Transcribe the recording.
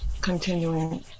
Continuing